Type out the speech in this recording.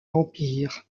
vampires